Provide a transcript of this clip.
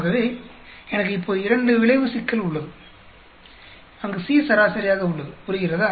ஆகவே எனக்கு இப்போது இரண்டு விளைவு சிக்கல் உள்ளது அங்கு C சராசரியாக உள்ளது புரிகிறதா